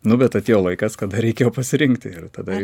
nu bet atėjo laikas kada reikėjo pasirinkti ir tada